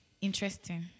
Interesting